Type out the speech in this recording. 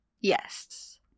Yes